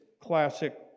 classic